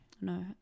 no